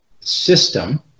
system